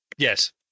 Yes